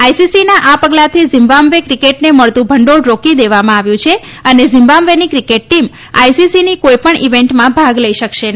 આઈસીસીના આ પગલાથી ઝિમ્બાબ્વે ક્રિકેટને મળતું ભંડીળ રોકી દેવામાં આવ્યું છે અને ઝિમ્બાબ્વેની ક્રિકેટ ટીમ આઈસીસીની કોઈપણ ઈવેન્ટમાં ભાગ લઈ શકશે નહીં